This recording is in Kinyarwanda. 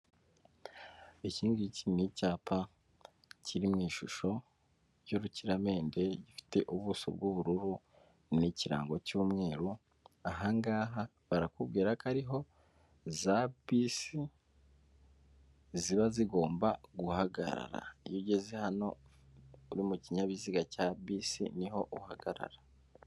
Ikingiki ni icyapa kiri mu ishusho y'urukiramende gifite ubuso bw'ubururu n'ikirango cy'umweru. Ahangaha barakubwira ko ariho za bisi ziba zigomba guhagarara. Iyo ugeze hano uri mu kinyabiziga cya bisi, niho uhagarara.